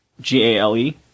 G-A-L-E